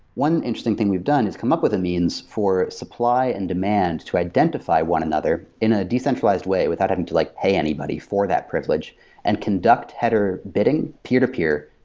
one interesting thing we've done is come up with a means for supply and demand to identity one another in a decentralized way without having to like pay anybody for that privilege and conduct header bidding peer-to-peer.